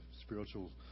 spiritual